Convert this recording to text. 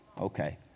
Okay